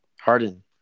Harden